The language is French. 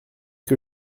que